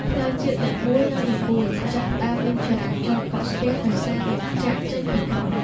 ផ្លូវជាតិលេខ១ និងលេខ៤ ចាប់ផ្ដើមមានចរាចរណ៍កកស្ទះដោយសារអ្នកចាកចេញពីក្រុង។